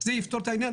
זה יפתור את העניין?